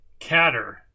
Catter